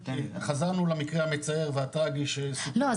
חזרנו למקרה המצער והטרגי -- לא,